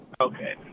Okay